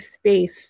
space